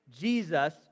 jesus